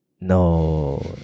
no